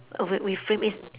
is